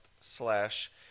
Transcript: slash